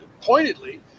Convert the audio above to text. pointedly